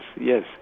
yes